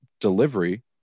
delivery